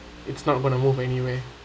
it's not going to move anyway